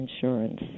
insurance